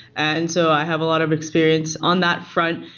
and so i have a lot of experience on that front.